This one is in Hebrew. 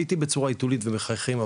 לעיתים בצורה היתולית ומחייכים ,